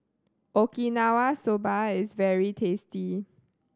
Okinawa Soba is very tasty